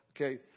okay